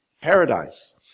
paradise